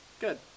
Good